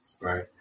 right